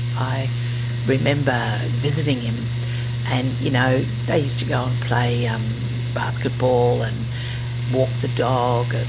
i remember visiting him and, you know, they used to go and play um basketball, and walk the dog. and